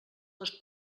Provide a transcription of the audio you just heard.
les